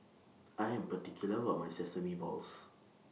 I Am particular about My Sesame Balls